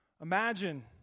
Imagine